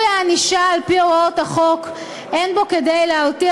מיצוי הענישה על-פי הוראות החוק אין בו כדי להרתיע